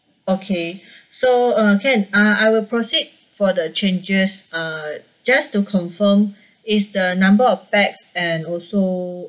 okay so uh can uh I will proceed for the changes uh just to confirm is the number of pax and also